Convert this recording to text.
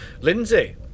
lindsay